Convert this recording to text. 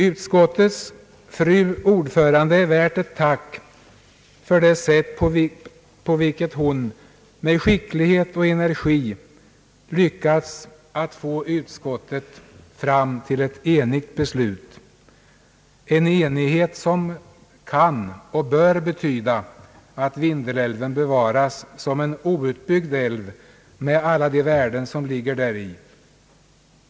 Utskottets fru ordförande är värd ett tack för det sätt på vilket hon med skicklighet och energi lyckats få utskottet fram till ett enigt beslut, en enighet som kan och bör betyda att Vindelälven bevaras som en outbyggd älv med alla värden som ligger däri.